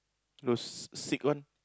those sick one